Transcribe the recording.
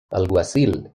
alguacil